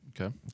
Okay